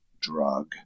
drug